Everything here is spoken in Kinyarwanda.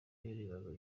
yarebaga